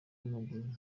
w’amaguru